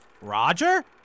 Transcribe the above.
Roger